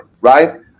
right